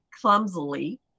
clumsily